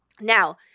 Now